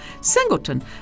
Singleton